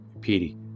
Petey